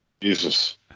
Jesus